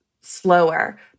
slower